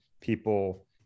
people